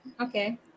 Okay